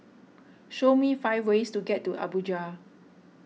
show me five ways to get to Abuja